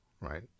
right